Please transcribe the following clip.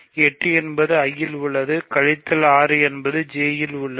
8 என்பது I இல் உள்ளது கழித்தல் 6 J இல் உள்ளது